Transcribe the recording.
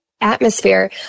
atmosphere